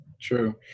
True